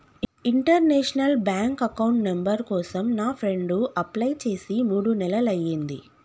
international bank account number కోసం నా friend apply చేసి మూడు నెలలయ్యింది